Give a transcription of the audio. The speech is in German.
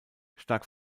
stark